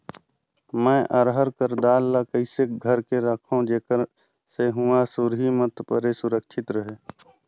मैं अरहर कर दाल ला कइसे घर मे रखों जेकर से हुंआ सुरही मत परे सुरक्षित रहे?